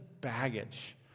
baggage